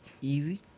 easy